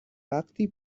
وقتی